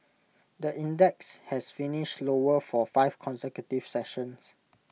the index has finished lower for five consecutive sessions